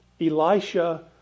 Elisha